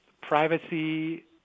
privacy